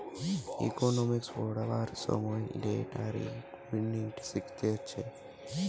economics পড়বার সময় debt আর ইকুইটি শিখতিছে